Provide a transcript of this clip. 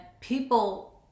people